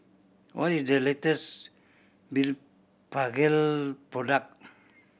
what is the latest Blephagel product